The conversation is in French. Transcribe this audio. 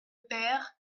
peyre